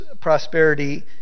prosperity